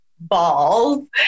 Balls